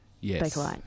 Yes